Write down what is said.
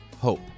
hope